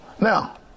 Now